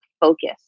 focus